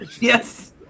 Yes